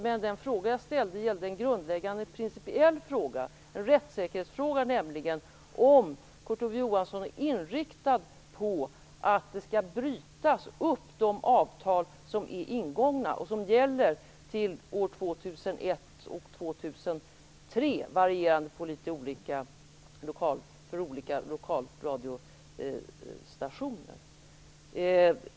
Men den fråga som jag ställde gällde en grundläggande principiell fråga, en rättssäkerhetsfråga, nämligen om Kurt Ove Johansson är inriktad på att bryta upp de avtal som är ingångna och som gäller fram till år 2001 och 2003 - olika årtal gäller för olika lokalradiostationer.